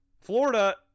Florida